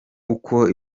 uko